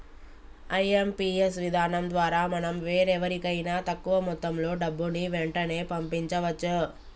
IMPS విధానం ద్వారా మనం వేరెవరికైనా తక్కువ మొత్తంలో డబ్బుని వెంటనే పంపించవచ్చు